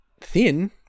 thin